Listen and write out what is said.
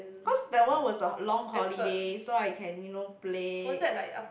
cause that one was a long holiday so I can you know play